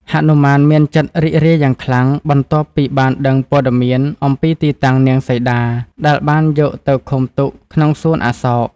ហនុមានមានចិត្តរីករាយយ៉ាងខ្លាំង បន្ទាប់ពីបានដឹងព័ត៌មានអំពីទីតាំងនាងសីតា ដែលបានយកទៅឃុំទុកក្នុងសួនអសោក។